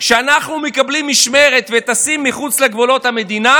כשאנחנו מקבלים משמרת וטסים מחוץ לגבולות המדינה,